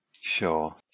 Sure